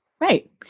Right